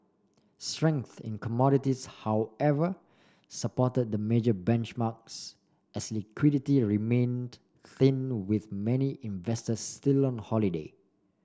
strength in commodities however supported the major benchmarks as liquidity remained thin with many investors still on holiday